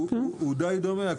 הוא די דומה,